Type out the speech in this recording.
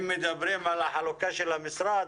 אם מדברים על החלוקה של המשרד,